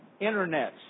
internets